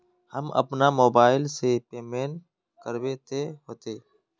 हम अपना मोबाईल से पेमेंट करबे ते होते?